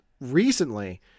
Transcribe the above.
recently